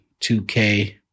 2K